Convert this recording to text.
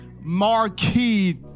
marquee